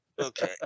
Okay